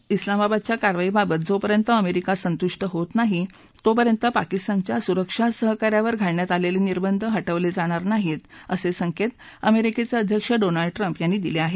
दहशतवादी कारवायाविरुद्ध उलामाबादच्या कारवाईबाबत जोपर्यंत अमेरिका संतुष्ट होत नाही तोपर्यंत पाकिस्तानच्या सुरक्षा सहकार्यावर घालण्यात आलेले निर्बंध हटवले जाणार नाहीत असे संकेत अमेरिकेचे अध्यक्ष डोनाल्ड ट्रम्प यांनी दिले आहेत